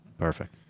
Perfect